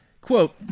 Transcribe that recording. quote